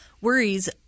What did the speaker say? worries